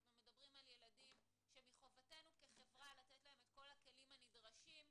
אנחנו מדברים על ילדים שמחובתנו כחברה לתת להם את כל הכלים הנדרשים,